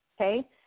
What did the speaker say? okay